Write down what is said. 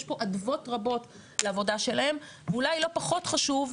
יש פה אדוות רבות לעבודה שלהם ואולי לא פחות חשוב,